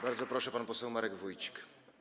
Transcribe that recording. Bardzo proszę, pan poseł Marek Wójcik.